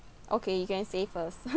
okay you can say first